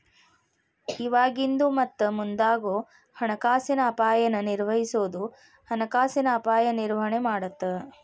ಇವಾಗಿಂದು ಮತ್ತ ಮುಂದಾಗೋ ಹಣಕಾಸಿನ ಅಪಾಯನ ನಿರ್ವಹಿಸೋದು ಹಣಕಾಸಿನ ಅಪಾಯ ನಿರ್ವಹಣೆ ಮಾಡತ್ತ